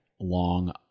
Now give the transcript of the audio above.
long